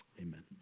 amen